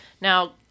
Now